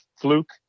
fluke